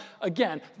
Again